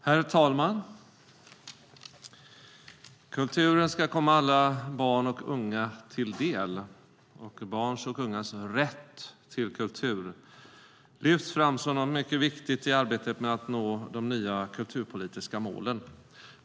Herr talman! Kulturen ska komma alla barn och unga till del. Barns och ungas rätt till kultur lyfts fram som mycket viktigt i arbetet med att nå de nya kulturpolitiska målen.